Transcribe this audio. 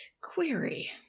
query